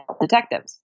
detectives